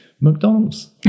McDonald's